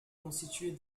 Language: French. constituée